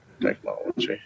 technology